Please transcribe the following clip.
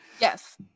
Yes